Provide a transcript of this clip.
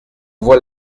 voie